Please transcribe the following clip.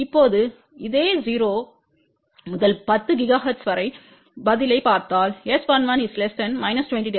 இப்போது இதே 0 முதல் 10 ஜிகாஹெர்ட்ஸ் வரை பதிலைப் பார்த்தால் S11 20 dB